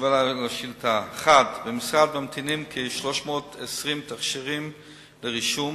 התשובה על השאילתא: 1. במשרד ממתינים כ-320 תכשירים לרישום,